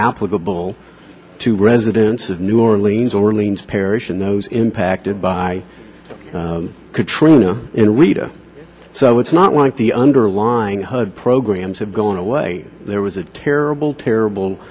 applicable to residents of new orleans orleans parish and those impacted by katrina and rita so it's not like the underlying hud programs have gone away there was a terrible terrible